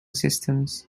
systems